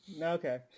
Okay